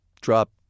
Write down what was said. drop